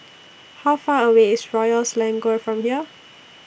How Far away IS Royal Selangor from here